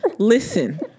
Listen